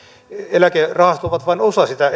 eläkerahastot ovat vain osa sitä